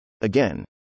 Again